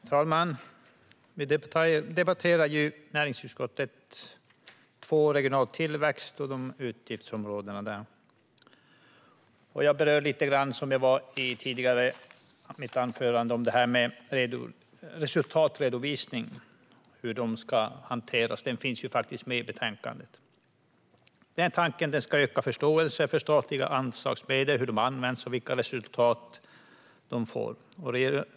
Herr talman! Vi debatterar näringsutskottets betänkande 2 Utgiftsområde 19 Regional tillväxt och utgiftsområdena där. Jag berör lite grann det som jag var inne på i mitt tidigare anförande om resultatredovisning och hur det ska hanteras. Det finns med i betänkandet. Tanken är att det ska öka förståelsen för statliga anslagsmedel, hur de används och vilka resultat de får.